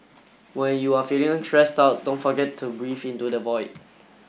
when you are feeling stressed out don't forget to breathe into the void